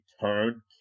turn